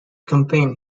campaign